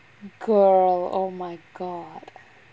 girl oh my god